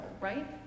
right